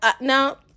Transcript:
now